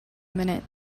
minute